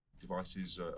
devices